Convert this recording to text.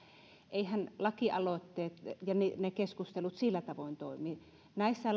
eiväthän lakialoitteet ja ne ne keskustelut sillä tavoin toimi näissä